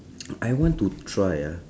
I want to try ah